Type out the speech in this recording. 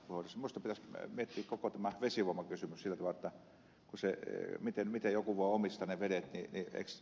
minusta pitäisi miettiä koko tämä vesivoimakysymys sillä tavalla miten joku voi omistaa ne vedet